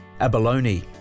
abalone